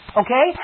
okay